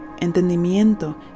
Entendimiento